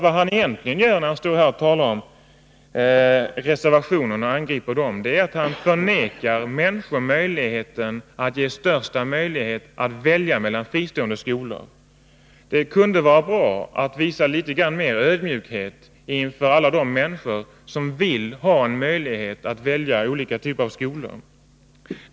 Vad han egentligen gör när han angriper reservationerna är att han förvägrar människor möjligheten att välja fristående skolor. Det kunde vara bra att visa litet mera ödmjukhet inför alla de människor som vill ha en möjlighet att välja olika typer av skolor.